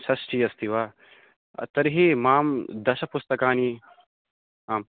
षष्टिः अस्ति वा तर्हि मां दश पुस्तकानि आम्